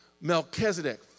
Melchizedek